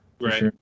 Right